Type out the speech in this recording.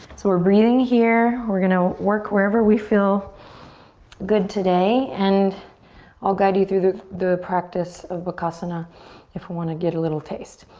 so we're breathing here. we're gonna work wherever we feel good today. and i'll guide you through the the practice of bakasana if we want to get a little taste.